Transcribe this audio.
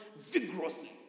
vigorously